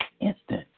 instant